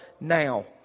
now